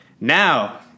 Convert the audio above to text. now